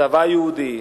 צבא יהודי,